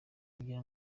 kugira